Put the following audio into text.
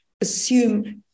assume